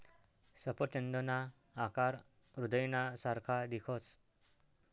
सफरचंदना आकार हृदयना सारखा दिखस